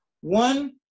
one